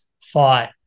fought